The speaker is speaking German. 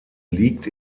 liegt